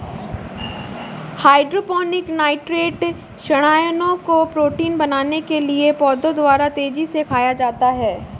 hydroponic nitrate ऋणायनों को protein बनाने के लिए पौधों द्वारा तेजी से खाया जाता है